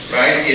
right